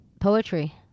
Poetry